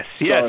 yes